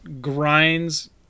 grinds